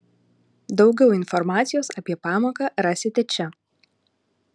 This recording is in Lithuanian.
daugiau informacijos apie pamoką rasite čia